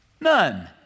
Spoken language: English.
none